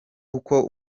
uko